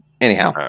Anyhow